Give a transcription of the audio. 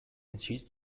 entschied